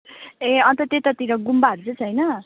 ए अनि त त्यतातिर गुम्बाहरू चाहिँ छैन